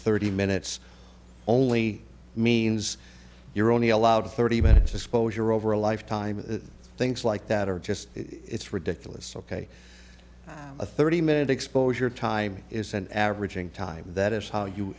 thirty minutes only means you're only allowed thirty minutes disclosure over a lifetime things like that are just it's ridiculous ok a thirty minute exposure time isn't averaging time that is how you